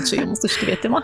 ačiū jums už kvietimą